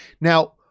Now